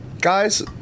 Guys